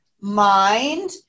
mind